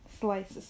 Slices